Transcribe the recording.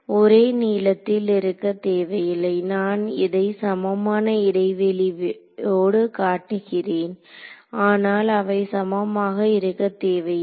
ஒரே நீளத்தில் இருக்க தேவையில்லை நான் இதை சமமான இடைவெளியோடு காட்டுகிறேன் ஆனால் அவை சமமாக இருக்க தேவையில்லை